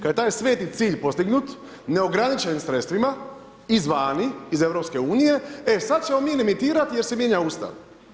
Kada je taj sveti cilj postignut neograničenim sredstvima iz vani, iz EU, e sad ćemo mi limitirat jer se mijenja Ustav.